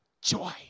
joy